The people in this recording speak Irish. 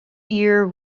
fhir